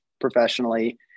professionally